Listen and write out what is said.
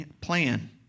plan